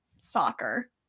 soccer